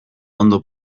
ondo